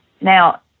Now